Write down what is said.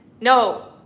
No